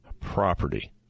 property